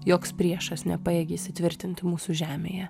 joks priešas nepajėgė įsitvirtinti mūsų žemėje